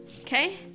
Okay